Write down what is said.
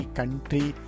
country